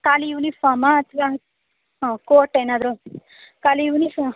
ಖಾಲಿ ಯುನಿಫಾರ್ಮಾ ಅಥವಾ ಹಾಂ ಕೋಟ್ ಏನಾದ್ರು ಖಾಲಿ ಯುನಿಫಾ